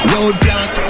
Roadblock